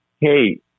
hey